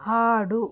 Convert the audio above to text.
ఆడు